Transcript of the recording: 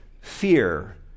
fear